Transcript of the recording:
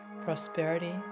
prosperity